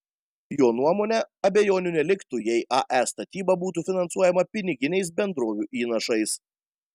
jo nuomone abejonių neliktų jei ae statyba būtų finansuojama piniginiais bendrovių įnašais